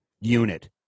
unit